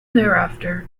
thereafter